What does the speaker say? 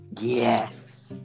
Yes